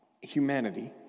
humanity